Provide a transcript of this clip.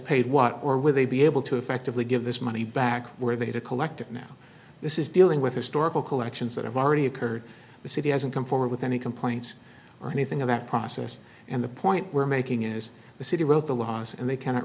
paid what or will they be able to effectively give this man the back where they had a collective now this is dealing with historical collections that have already occurred the city hasn't come forward with any complaints or anything about process and the point we're making is the city wrote the laws and they cannot